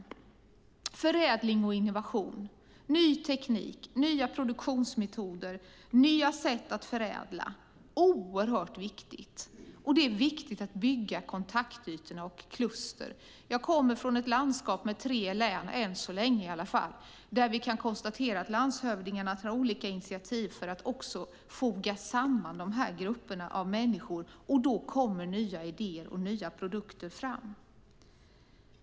Dessutom handlar det om förädling och innovation, ny teknik, nya produktionsmetoder och nya sätt att förädla. Det är oerhört viktigt. Det är viktigt att bygga kontaktytor och kluster. Jag kommer från ett landskap som ligger i tre län, än så länge i alla fall. Där kan vi konstatera att landshövdingarna tar olika initiativ för att foga samman de här grupperna av människor, och då kommer nya idéer och nya produkter fram.